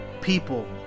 people